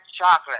chocolate